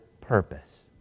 purpose